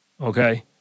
Okay